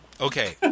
Okay